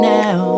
now